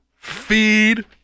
feed